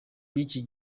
b’iki